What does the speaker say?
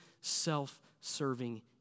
self-serving